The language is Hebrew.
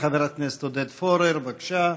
חבר הכנסת עודד פורר, בבקשה.